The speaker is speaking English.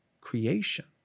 creation